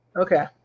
okay